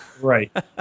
Right